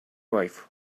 wife